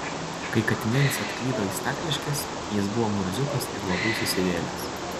kai katinėlis atklydo į stakliškes jis buvo murziukas ir labai susivėlęs